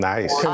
Nice